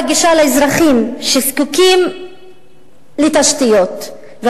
בעיה בגישה לאזרחים שזקוקים לתשתיות ,